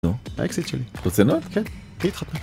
נו, האקסית שלי. ברצינות? כן כן, בלי צחוק